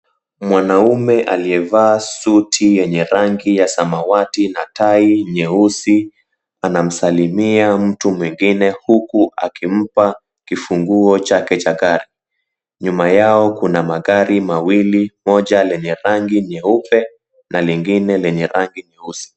Mwanaume aliyevaa suti yenye rangi ya samawati na tai nyeusi anamsalimia mtu mwingine huku akimpa kifunguo chake cha gari. Nyuma yao kuna magari mawili moja lenye rangi nyeupe na lingine lenye rangi nyeusi.